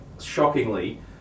shockingly